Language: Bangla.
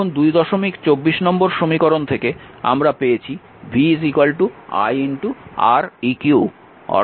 এখন 224 নম্বর সমীকরণ থেকে আমরা পেয়েছি v i Req অর্থাৎ i v Req